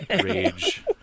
rage